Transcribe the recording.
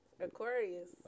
Aquarius